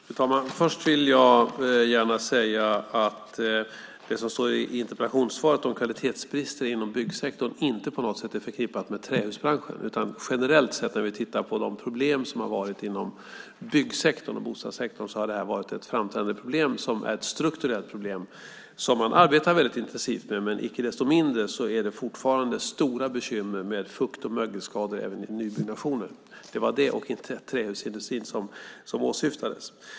Fru talman! Först vill jag gärna säga att det som står i interpellationssvaret om kvalitetsbrister inom byggsektorn inte på något sätt är förknippat med trähusbranschen. Generellt sett när vi har tittat på de problem som har funnits inom byggsektorn och bostadssektorn har detta varit ett framträdande strukturellt problem som man arbetar väldigt intensivt med. Men icke desto mindre finns det fortfarande stora bekymmer med fukt och mögelskador även i nybyggnationer. Det var det, och inte trähusindustrin, som åsyftades.